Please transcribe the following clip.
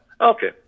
Okay